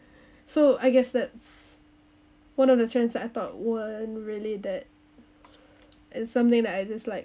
so I guess that's one of the trends I thought weren't really that is something that I dislike